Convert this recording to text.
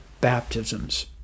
baptisms